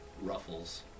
Ruffles